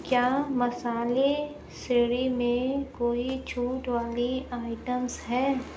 क्या मसाले श्रेणी में कोई छूट वाली आइटम्स हैं